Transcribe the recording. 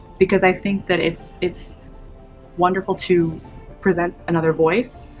because i think that it's it's wonderful to present another voice